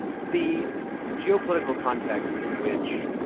the geopolitical context in which